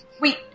Wait